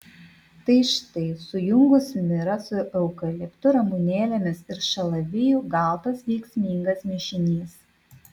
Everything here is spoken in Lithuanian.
tai štai sujungus mirą su eukaliptu ramunėlėmis ir šalaviju gautas veiksmingas mišinys